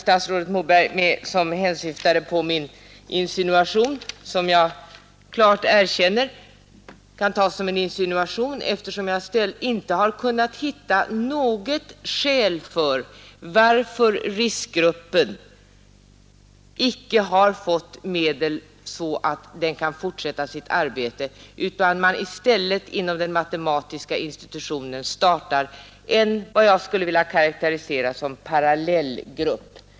Statsrådet Moberg uppfattade vad jag sade som en insinuation, och jag vill utan vidare erkänna att det kan tas som en sådan, eftersom jag inte har kunnat hitta något skäl varför RISK-gruppen icke har fått medel så att den kan fortsätta sitt arbete. I stället startar man inom den matematiska institutionen vad jag skulle vilja karaktärisera som en parallellgrupp.